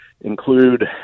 include